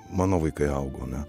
mano vaikai augo ane